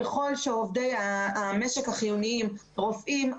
ככל שעובדי המשק החיוניים רופאים,